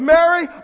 Mary